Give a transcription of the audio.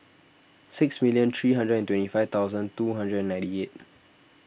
six million three hundred and twenty five thousand two hundred and ninety eight